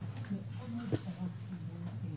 יש סכומי כסף מאוד מאוד גדולים שעוברים.